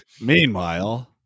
Meanwhile